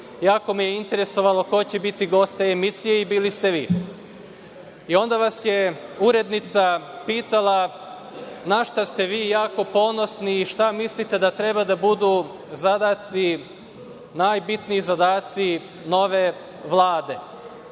Jako me je interesovalo ko će biti gost te emisije i bili ste vi. Onda vas je urednica pitala - na šta ste vi jako ponosni i šta mislite da treba da budu najbitniji zadaci nove Vlade?